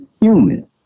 human